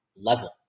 Level